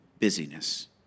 busyness